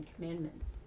commandments